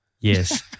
Yes